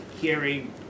hearing